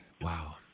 Wow